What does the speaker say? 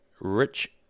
Rich